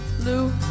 Lou